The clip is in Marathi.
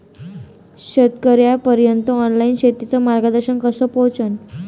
शेतकर्याइपर्यंत ऑनलाईन शेतीचं मार्गदर्शन कस पोहोचन?